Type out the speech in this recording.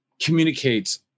communicates